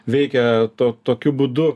veikia to tokiu būdu